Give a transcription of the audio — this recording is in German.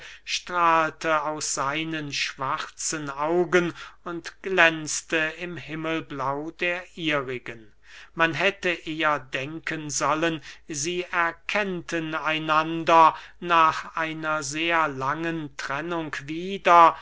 strahlte aus seinen schwarzen augen und glänzte im himmelblau der ihrigen man hätte eher denken sollen sie erkannten einander nach einer sehr langen trennung wieder